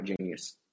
genius